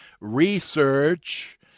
research